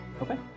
okay